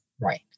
Right